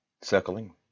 circling